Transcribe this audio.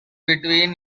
between